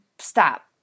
Stop